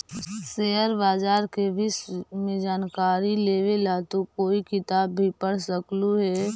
share बाजार के विष्य में जानकारी लेवे ला तू कोई किताब भी पढ़ सकलू हे